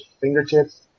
fingertips